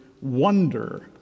wonder